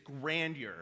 grandeur